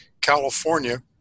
California